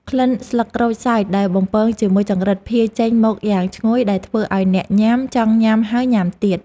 ក្លិនស្លឹកក្រូចសើចដែលបំពងជាមួយចង្រិតភាយចេញមកយ៉ាងឈ្ងុយដែលធ្វើឱ្យអ្នកញ៉ាំចង់ញ៉ាំហើយញ៉ាំទៀត។